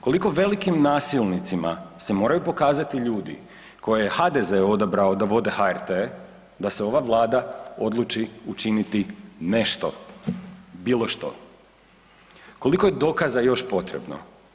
Koliko velikim nasilnicima se moraju pokazati ljudi koje je HDZ odabrao da vode HRT da se ova vlada odluči učiniti nešto bilo što, koliko je dokaza još potrebno?